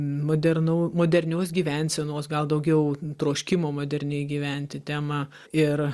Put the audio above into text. modernau modernios gyvensenos gal daugiau troškimo moderniai gyventi temą ir